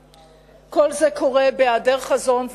קורה בהיעדר חזון.